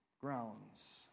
Grounds